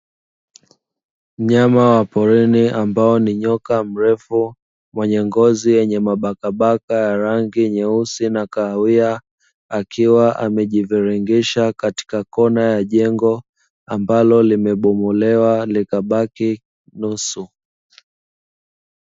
Mnyama wa porini ambao ni nyoka mrefu mwenye ngozi yenye mabakabaka ya rangi nyeusi na kahawia, akiwa amejiviringisha katika kona ya jengo ambalo limebomolewa likabaki nusu.